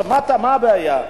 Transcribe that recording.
מה הבעיה?